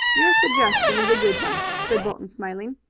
your suggestion is a good one, said bolton, smiling.